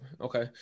Okay